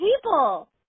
people